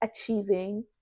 achieving